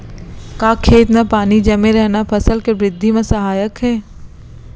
का खेत म पानी जमे रहना फसल के वृद्धि म सहायक हे?